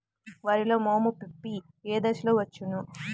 వరిలో మోము పిప్పి ఏ దశలో వచ్చును?